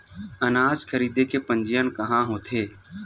अनाज खरीदे के पंजीयन कहां होथे?